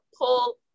pull